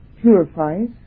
purifies